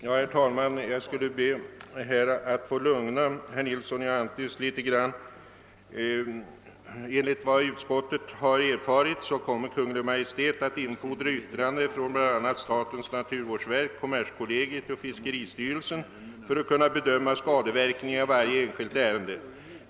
Herr talman! Jag vill gärna lugna herr Nilsson i Agnäs litet. Enligt vad utskottet har erfarit kommer Kungl. Maj:t att infordra yttranden från bl.a. statens naturvårdsverk, kommerskollegiet och fiskeristyrelsen för att kunna bedöma skadeverkningarna i varje en skilt ärende.